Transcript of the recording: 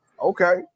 Okay